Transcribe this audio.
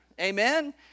Amen